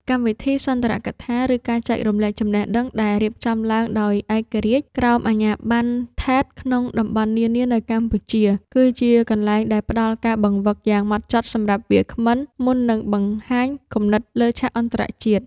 កម្មវិធីសន្ទរកថា ឬការចែករំលែកចំណេះដឹងដែលរៀបចំឡើងដោយឯករាជ្យ ក្រោមអាជ្ញាប័ណ្ណ ថេត ក្នុងតំបន់នានានៅកម្ពុជា គឺជាកន្លែងដែលផ្ដល់ការបង្វឹកយ៉ាងហ្មត់ចត់សម្រាប់វាគ្មិនមុននឹងឡើងបង្ហាញគំនិតលើឆាកអន្តរជាតិ។